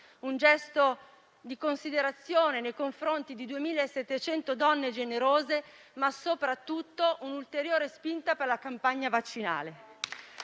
un gesto di considerazione nei confronti di 2.700 donne generose, ma soprattutto un'ulteriore spinta per la campagna vaccinale.